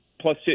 plus